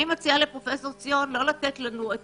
אני מציעה לפרופסור חגי לא לתת לנו את